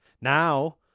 Now